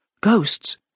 Ghosts